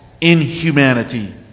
inhumanity